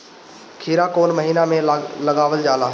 खीरा कौन महीना में लगावल जाला?